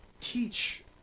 teach